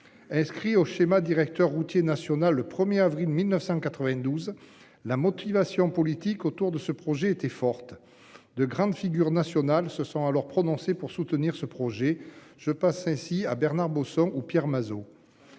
Inscrit au schéma directeur routier national le 1er avril 1992. La motivation politique autour de ce projet était forte de grandes figures nationales se sont alors prononcé pour soutenir ce projet je passe ainsi à Bernard Bosson ou Pierre Mazeaud.